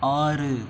ஆறு